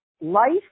life